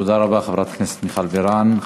תודה רבה, חברת הכנסת מיכל בירן.